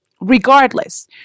Regardless